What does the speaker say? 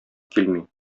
килми